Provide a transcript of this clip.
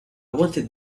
wanted